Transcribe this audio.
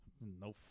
No